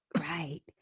Right